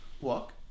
Walk